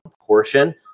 portion